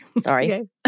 Sorry